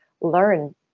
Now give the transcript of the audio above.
learn